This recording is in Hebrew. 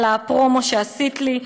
על הפרומו שעשית לי,